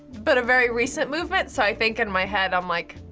but a very recent movement, so i think in my head, i'm like,